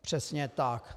Přesně tak.